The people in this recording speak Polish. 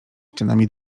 ścianami